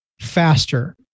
faster